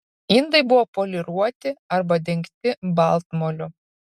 indai buvo poliruoti arba dengti baltmoliu